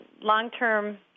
long-term